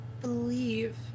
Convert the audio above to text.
believe